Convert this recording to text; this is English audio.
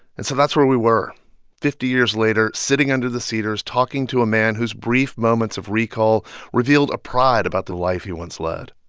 and so that's where we were fifty years later, sitting under the cedars, talking to a man whose brief moments of recall revealed a pride about the life he once led,